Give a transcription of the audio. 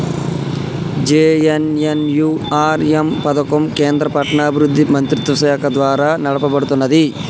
JNNURM పథకం కేంద్ర పట్టణాభివృద్ధి మంత్రిత్వశాఖ ద్వారా నడపబడుతున్నది